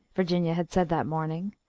virginia had said that morning,